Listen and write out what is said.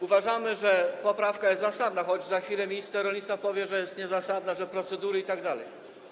Uważamy, że poprawka jest zasadna, choć za chwilę minister rolnictwa powie, że jest niezasadna, że procedury itd.